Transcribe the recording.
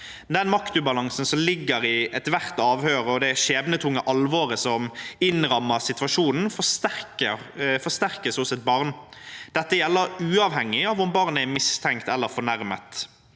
Den maktubalansen som ligger i ethvert avhør, og det skjebnetunge alvoret som innrammer situasjonen, forsterkes hos et barn. Dette gjelder uavhengig av om barnet er mistenkt eller fornærmet,